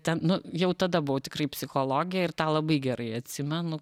ten nu jau tada buvo tikrai psichologė ir tą labai gerai atsimenu